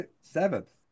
seventh